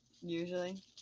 usually